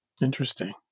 Interesting